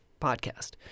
podcast